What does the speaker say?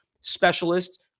specialist